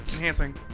Enhancing